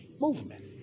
movement